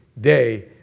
day